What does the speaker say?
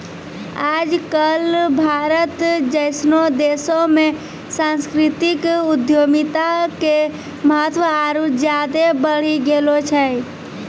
आज कल भारत जैसनो देशो मे सांस्कृतिक उद्यमिता के महत्त्व आरु ज्यादे बढ़ि गेलो छै